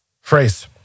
phrase